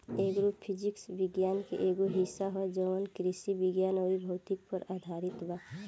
agro physics विज्ञान के एगो हिस्सा ह जवन कृषि विज्ञान अउर भौतिकी पर आधारित बा